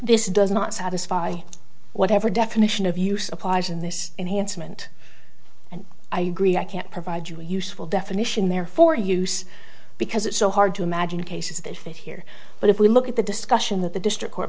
this does not satisfy whatever definition of use applies in this enhancement and i agree i can't provide you a useful definition there for use because it's so hard to imagine cases that fit here but if we look at the discussion that the district court